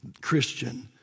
Christian